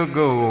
go